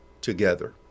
together